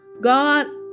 God